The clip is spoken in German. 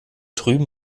drüben